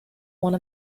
one